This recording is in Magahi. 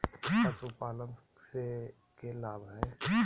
पशुपालन से के लाभ हय?